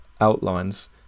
outlines